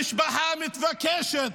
המשפחה מבקשת,